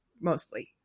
mostly